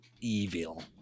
evil